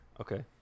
Okay